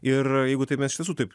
ir jeigu taip mes iš tiesų taip